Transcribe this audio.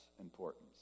importance